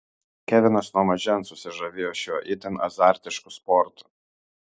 kevinas nuo mažens susižavėjo šiuo itin azartišku sportu